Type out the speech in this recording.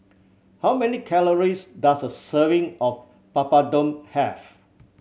how many calories does a serving of Papadum have